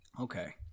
Okay